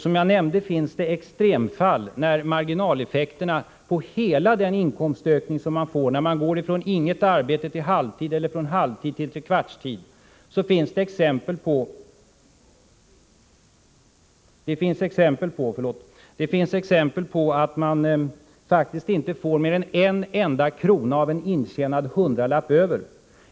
Som jag nämnde finns det extremfall där marginaleffekten på hela den inkomstökning man får när man går från inget arbete till halvtid eller från halvtid till trekvartstid blir den att man faktiskt inte får mer än en enda krona över av en intjänad hundralapp.